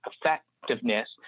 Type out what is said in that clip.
effectiveness